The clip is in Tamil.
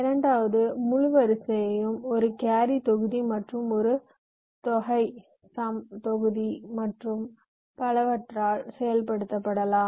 இரண்டாவது முழு வரிசையையும் ஒரு கேரி தொகுதி மற்றும் ஒரு தொகை தொகுதி மற்றும் பலவற்றால் செயல்படுத்தலாம்